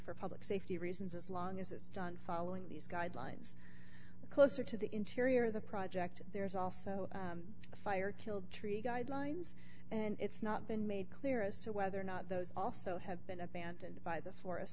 for public safety reasons as long as it's done following these guidelines the closer to the interior of the project there's also the fire killed tree guidelines and it's not been made clear as to whether or not those also have been abandoned by the forest